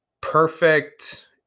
perfect